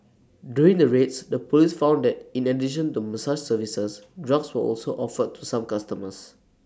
during the raids the Police found that in addition to massage services drugs were also offered to some customers